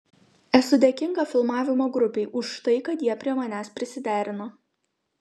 esu dėkinga filmavimo grupei už tai kad jie prie manęs prisiderino